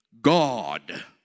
God